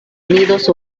nidos